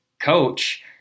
coach